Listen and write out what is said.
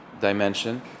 dimension